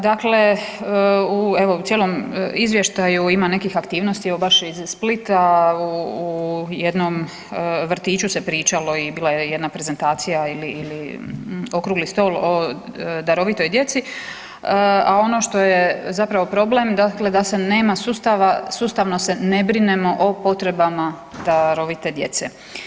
Dakle, evo u cijelom izvještaju ima nekih aktivnosti evo baš iz Splita u jednom vrtiću se pričalo i bila je jedna prezentacija ili okrugli stol o darovitoj djeci, a ono što je zapravo problem dakle da se nema sustava, sustavno se ne brinemo o potrebama darovite djece.